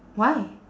why